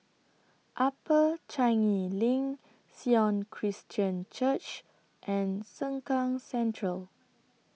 Upper Changi LINK Sion Christian Church and Sengkang Central